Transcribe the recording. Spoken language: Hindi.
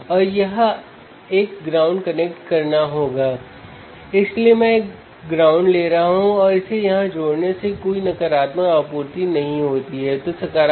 तो इस तरह आप बफर के साथ इंस्ट्रूमेंटेशन एम्पलीफायर का उपयोग कर सकते हैं है ना